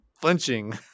flinching